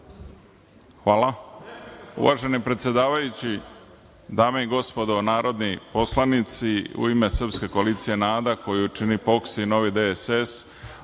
Hvala